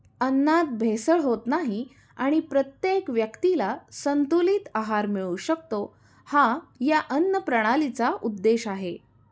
अन्नात भेसळ होत नाही आणि प्रत्येक व्यक्तीला संतुलित आहार मिळू शकतो, हा या अन्नप्रणालीचा उद्देश आहे